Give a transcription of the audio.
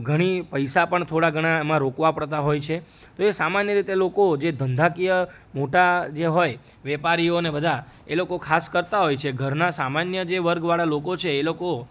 ઘણી પૈસા પણ થોડા ઘણા એમાં રોકવા પડતા હોય છે તો એ સામન્ય રીતે લોકો જે ધંધાકીય મોટા જે હોય વેપારીઓને બધા એ લોકો ખાસ કરતાં હોય છે ઘરના સામાન્ય જે વર્ગ વાળા લોકો છે એ લોકો